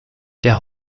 der